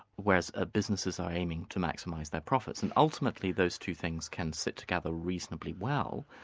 whereas ah businesses are aiming to maximise their profits, and ultimately those two things can sit together reasonably well.